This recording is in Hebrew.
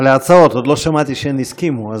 אלה הצעות, עוד לא שמעתי שהן הסכימו.